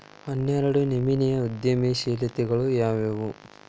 ಹನ್ನೆರ್ಡ್ನನಮ್ನಿ ಉದ್ಯಮಶೇಲತೆಗಳು ಯಾವ್ಯಾವು